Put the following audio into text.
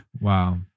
Wow